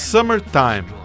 Summertime